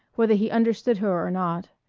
whether he understood her or not.